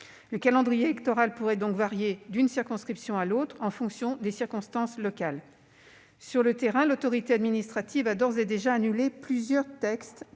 Le calendrier électoral pourrait donc varier d'une circonscription à l'autre, en fonction des circonstances locales. Sur le terrain, l'autorité administrative a d'ores et déjà annulé plusieurs élections